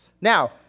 Now